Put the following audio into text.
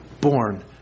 born